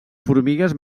formigues